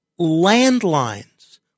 landlines